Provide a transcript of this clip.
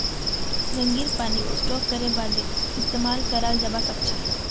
झड़ीर पानीक स्टोर करे बादे इस्तेमाल कराल जबा सखछे